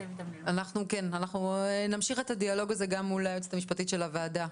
אנחנו נמשיך את הדיאלוג הזה גם מול היועצת המשפטית של הוועדה,